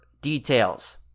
details